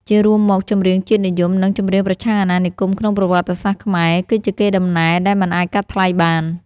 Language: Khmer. ជារួមមក ចម្រៀងជាតិនិយម និងចម្រៀងប្រឆាំងអាណានិគមក្នុងប្រវត្តិសាស្ត្រខ្មែរ គឺជាកេរដំណែលដែលមិនអាចកាត់ថ្លៃបាន។